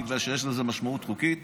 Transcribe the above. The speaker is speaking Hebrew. בגלל שיש לזה משמעות חוקית,